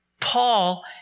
Paul